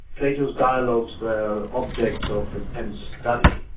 plato's dialogues were objects of intense study.